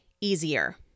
easier